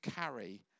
carry